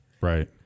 Right